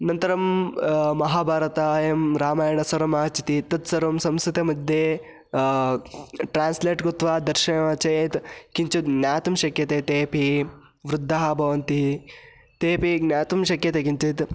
अनन्तरं महाभारतं रामायणं सर्वम् आगच्छति तत्सर्वं संस्कृतं मध्ये ट्रान्स्लेट् कृत्वा दर्शयामः चेत् किञ्चित् ज्ञातुं शक्यते तेपि वृद्धाः भवन्ति तेऽपि ज्ञातुं शक्यते किञ्चित्